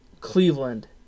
Cleveland